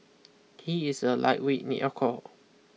he is a lightweight in alcohol